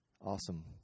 Awesome